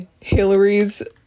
Hillary's